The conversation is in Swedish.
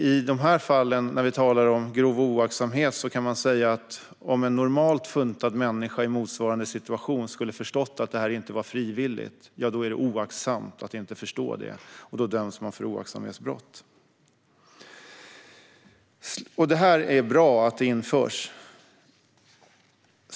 I dessa fall, där vi talar om grov oaktsamhet, kan man säga att om en normalt funtad människa i motsvarande situation skulle ha förstått att det hela inte var frivilligt är det oaktsamt att inte förstå det. Då döms man för oaktsamhetsbrott. Det är bra att detta införs.